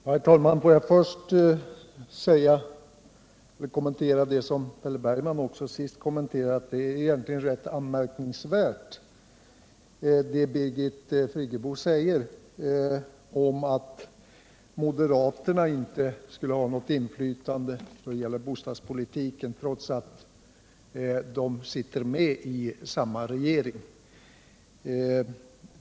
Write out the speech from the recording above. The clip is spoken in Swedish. Herr talman! Får jag först ta upp det som Per Bergman sist kommenterade. Det är egentligen rätt anmärkningsvärt när Birgit Friggebo säger att moderaterna inte skulle ha något inflytande då det gäller bostadspolitiken, trots att de sitter med i regeringen.